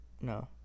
No